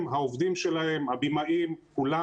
הם, העובדים שלהם, הבימאים, כולם.